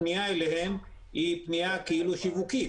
פניה אליהם היא פניה כאילו שיווקית.